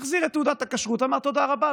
החזיר את תעודת הכשרות ואמר: תודה רבה,